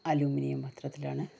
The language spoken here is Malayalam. അലുമിനിയം പാത്രത്തിലാണ്